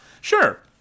Sure